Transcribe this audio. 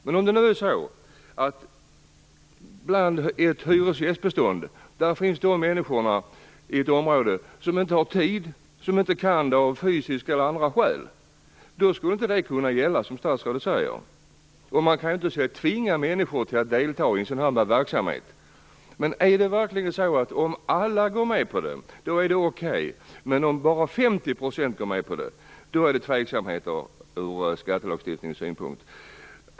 Men om det bland ett hyresgästbestånd finns människor som inte har tid eller som inte kan delta av fysiska eller andra skäl - då skulle det inte kunna gälla, säger statsrådet. Men man kan inte tvinga människor att delta i en sådan här verksamhet. Är det verkligen så att om alla hyresgäster går med på det så är det okej, men om bara 50 % går med på det - då finns det tveksamheter ur skattelagstiftningens synpunkt?